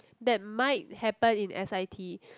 that might happen in s_i_t